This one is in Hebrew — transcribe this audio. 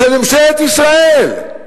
של ממשלת ישראל.